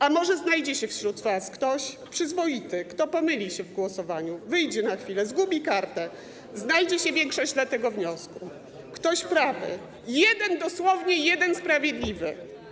A może znajdzie się wśród was ktoś przyzwoity, kto pomyli się w głosowaniu, wyjdzie na chwilę, zgubi kartę, znajdzie się większość dla tego wniosku, ktoś prawy, jeden, dosłownie jeden sprawiedliwy?